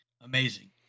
amazing